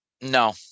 No